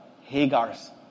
Hagar's